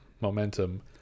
momentum